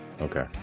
okay